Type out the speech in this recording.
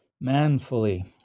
manfully